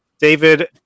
David